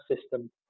system